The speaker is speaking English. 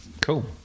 Cool